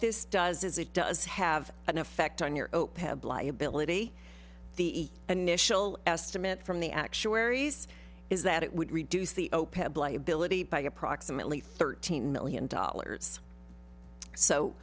this does is it does have an effect on your ability the initial estimate from the actuaries is that it would reduce the ability by approximately thirteen million dollars so